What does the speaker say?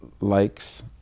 likes